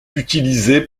utilisé